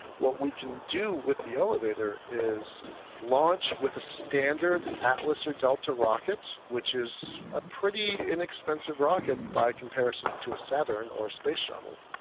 what we can do with the elevator is launch with a standard atlas or delta rocket, which is a pretty inexpensive rocket by comparison to a saturn or space shuttle.